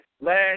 last